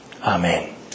Amen